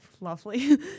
lovely